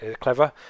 clever